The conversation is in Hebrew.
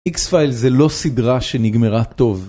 איקס פייל זה לא סדרה שנגמרה טוב